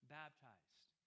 baptized